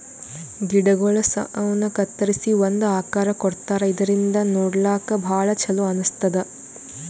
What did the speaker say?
ಗಿಡಗೊಳ್ ಸೌನ್ ಕತ್ತರಿಸಿ ಒಂದ್ ಆಕಾರ್ ಕೊಡ್ತಾರಾ ಇದರಿಂದ ನೋಡ್ಲಾಕ್ಕ್ ಭಾಳ್ ಛಲೋ ಅನಸ್ತದ್